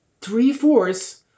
three-fourths